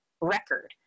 record